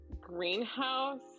greenhouse